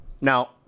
Now